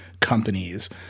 companies